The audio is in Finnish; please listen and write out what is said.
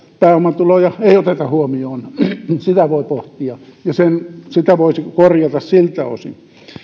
pääomatuloja ei oteta huomioon sitä voi pohtia ja sitä voisi korjata siltä osin